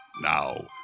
Now